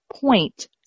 point